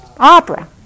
Opera